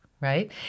right